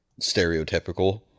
stereotypical